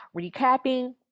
recapping